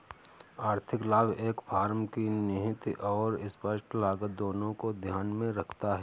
आर्थिक लाभ एक फर्म की निहित और स्पष्ट लागत दोनों को ध्यान में रखता है